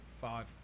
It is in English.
five